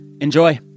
Enjoy